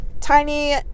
tiny